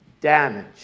damage